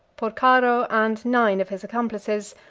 porcaro, and nine of his accomplices,